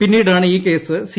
പിന്നീടാണ് ഈ case C